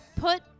put